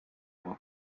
buba